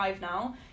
now